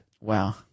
Wow